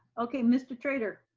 okay, mr. trader.